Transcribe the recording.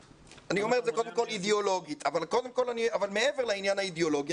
אני אומר את זה קודם כל אידיאולוגית אבל מעבר לעניין האידיאולוגי,